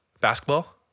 basketball